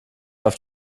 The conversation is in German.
auf